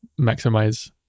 maximize